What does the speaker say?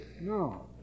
No